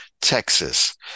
Texas